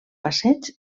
passeig